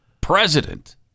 president